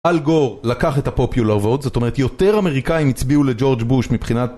אל גור לקח את ה-popular votes זאת אומרת יותר אמריקאים הצביעו לג'ורג' בוש מבחינת